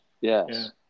yes